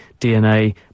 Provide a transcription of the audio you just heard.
DNA